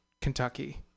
Kentucky